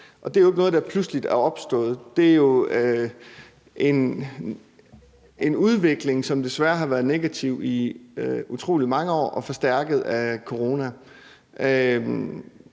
Og det er jo ikke noget, der pludselig er opstået; det er en udvikling, som desværre har været negativ i mange år, og som blev forstærket af corona.